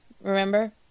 remember